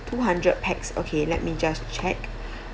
two hundred pax okay let me just check